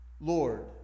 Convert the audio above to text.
Lord